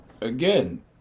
Again